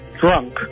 Drunk